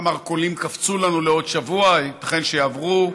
המרכולים קפצו לנו לעוד שבוע, ייתכן שעוד יעברו,